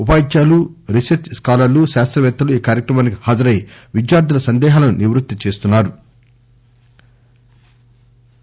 ఉపాధ్యాయులు రీసెర్చ్ స్కాలర్లు శాస్తపేత్తలు ఈ కార్యక్రమానికి హాజరై విద్యార్థుల సందేహాలను నివృత్తి చేస్తారు